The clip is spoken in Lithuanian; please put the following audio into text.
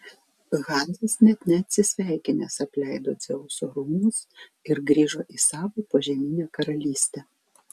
hadas net neatsisveikinęs apleido dzeuso rūmus ir grįžo į savo požeminę karalystę